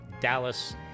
Dallas